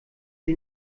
sie